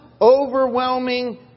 overwhelming